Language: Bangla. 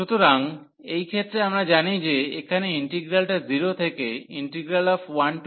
সুতরাং এই ক্ষেত্রে আমরা জানি যে এখানে ইন্টিগ্রালটা 0 থেকে 11x13dx